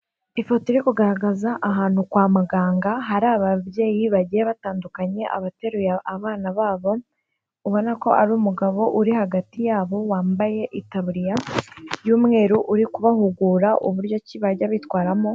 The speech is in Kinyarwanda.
Ifoto iri kugaragaza ahantu kwa muganga, hari ababyeyi bagiye batandukanye abateruye abana babo, ubona ko ari umugabo uri hagati yabo wambaye itaburiya y'umweru uri kubahugura uburyo ki bajya bitwaramo,...